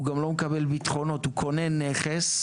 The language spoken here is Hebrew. הוא גם לא מקבל ביטחונות, הוא קונה נכס,